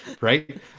right